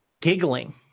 giggling